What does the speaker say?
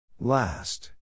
Last